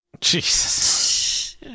Jesus